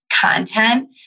content